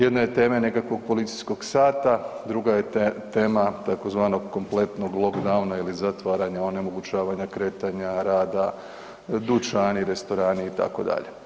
Jedna je tema nekakvog policijskog sata, druga je tema tzv. kompletnog lockdowna ili zatvaranja onemogućavanja kretanja rada dućani, restorani itd.